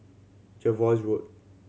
Jervois Road